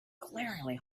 glaringly